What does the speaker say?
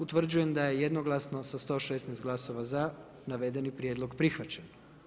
Utvrđujem da je jednoglasno sa 116 glasova za navedeni prijedlog prihvaćen.